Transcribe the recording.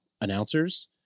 announcers